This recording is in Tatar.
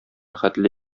хәтле